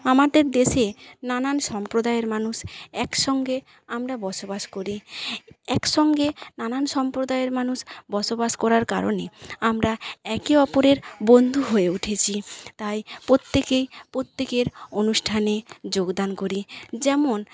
আমাদের দেশে নানান সম্প্রদায়ের মানুষ একসঙ্গে আমরা বসবাস করি একসঙ্গে নানান সম্প্রদায়ের মানুষ বসবাস করার কারনে আমরা একে ওপরের বন্ধু হয়ে উঠেছি তাই প্রত্যেকেই প্রত্যেকের অনুষ্ঠানে যোগদান করি যেমন